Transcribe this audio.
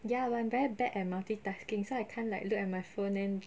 ya but I'm very bad at multitasking so I can't like look at my phone then